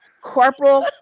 Corporal